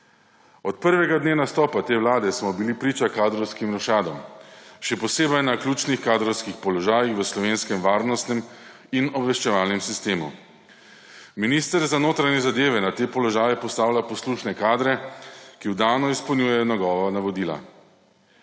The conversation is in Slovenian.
Od prvega dne nastopa te vlade smo bili priča kadrovskim rošadam, še posebej na ključnih kadrovskih položajih v slovenskem varnostnem in obveščevalnem sistemu. Minister za notranje zadeve na te položaje postavlja poslušne kadre, ki vdano izpolnjujejo njegova navodila.